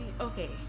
okay